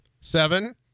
Seven